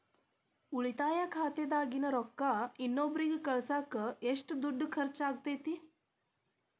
ಉಳಿತಾಯ ಖಾತೆದಾಗಿನ ರೊಕ್ಕ ಇನ್ನೊಬ್ಬರಿಗ ಕಳಸಾಕ್ ಎಷ್ಟ ದುಡ್ಡು ಖರ್ಚ ಆಗ್ತೈತ್ರಿ?